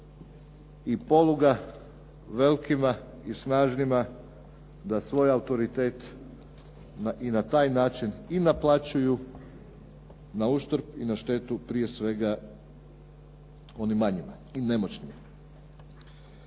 i poluga velikima i snažnima da svoj autoritet i na taj način i naplaćuju nauštrb i na štetu prije svega onim manjima i nemoćnima.